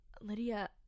Lydia